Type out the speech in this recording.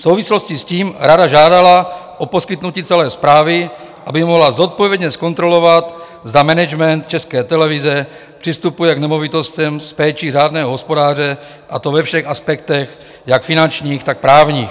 V souvislosti s tím Rada žádala o poskytnutí celé zprávy, aby mohla zodpovědně zkontrolovat, zda management České televize přistupuje k nemovitostem s péčí řádného hospodáře, a to ve všech aspektech, jak finančních, tak právních.